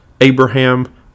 Abraham